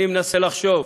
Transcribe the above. אני מנסה לחשוב,